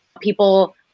people